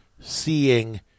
seeing